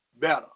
better